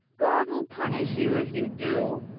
god will punish you if you do,